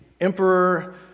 emperor